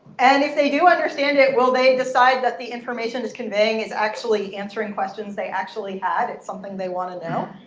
and if they do understand it, will they decide that the information it's conveying is actually answering questions they actually had, it's something they want to know?